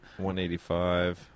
185